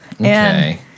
Okay